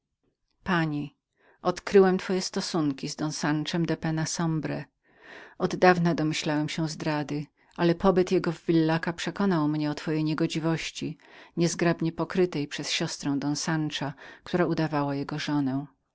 pani odkryłem twoje stosunki z don sanchem de penna sombre oddawna domyślałem się zdrady ale pobyt jego w villaca przekonał mnie o twojej niegodziwości niezgrabnie pokrytej siostrą don sancha która udawała jego żonę